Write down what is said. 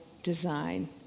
design